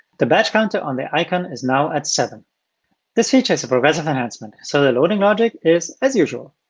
the badge counter on the icon is now at seven this feature is a progressive enhancement. so the loading order is as usual.